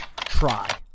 try